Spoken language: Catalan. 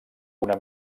una